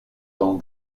dans